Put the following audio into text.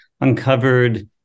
uncovered